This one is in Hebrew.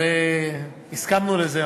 הסכמנו לזה.